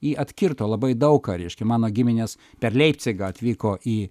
ji atkirto labai daug ką reiškia mano giminės per leipcigą atvyko į